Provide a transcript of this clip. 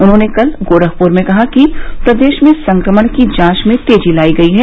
उन्होंने कल गोरखपुर में कहा कि प्रदेश में संक्रमण की जांच में तेजी लाई गई है